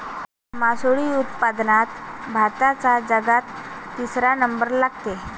मासोळी उत्पादनात भारताचा जगात तिसरा नंबर लागते